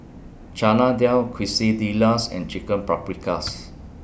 Chana Dal Quesadillas and Chicken Paprikas